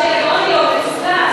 שיש עוני או מצוקה,